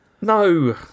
no